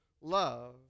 love